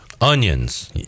Onions